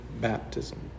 baptism